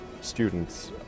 students